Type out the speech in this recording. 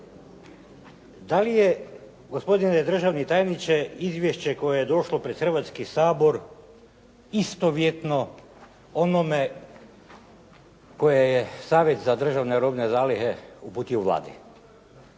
Da li je, gospodine državni tajniče izvješće koje je došlo pred Hrvatski sabor istovjetno onome koje je Savjet za državne robne zalihe uputio Vladi?